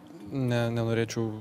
ne nenorėčiau